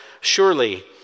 surely